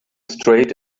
straight